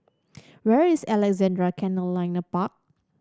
where is Alexandra Canal Linear Park